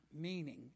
meaning